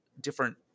different